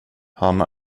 han